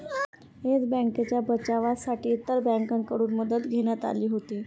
yes बँकेच्या बचावासाठी इतर बँकांकडून मदत घेण्यात आली होती